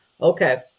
okay